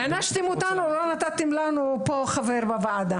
הענשתם אותנו, לא נתתם לנו פה חבר בוועדה.